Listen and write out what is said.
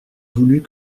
voulut